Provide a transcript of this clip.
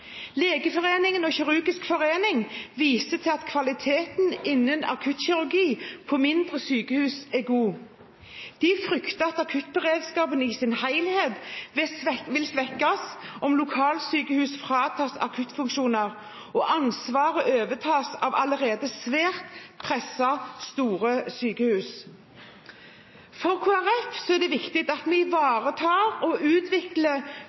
Legeforeningen og Norsk kirurgisk forening viser til at kvaliteten innen akuttkirurgi på mindre sykehus er god. De frykter at akuttberedskapen i sin helhet vil svekkes om lokalsykehus fratas akuttfunksjoner og ansvaret overtas av allerede svært pressede, store sykehus. For Kristelig Folkeparti er det viktig at vi ivaretar og utvikler